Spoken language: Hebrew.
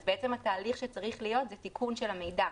אז בעצם התהליך שצריך להיות זה תיקון של המידע.